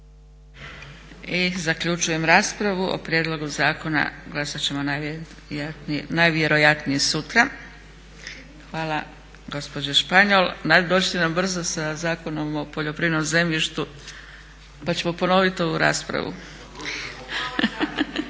I zaključujem raspravu. O prijedlogu zakona glasat ćemo najvjerojatnije sutra. Hvala gospođi Španjol. Dođite nam brzo sa Zakonom o poljoprivrednom zemljištu pa ćemo ponovit ovu raspravu.